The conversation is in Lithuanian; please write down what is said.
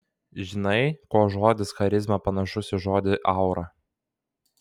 žinai kuo žodis charizma panašus į žodį aura